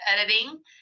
editing